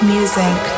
Music